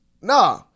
Nah